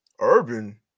Urban